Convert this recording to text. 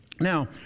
Now